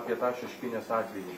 apie tą šeškinės atvejį